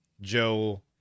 Joe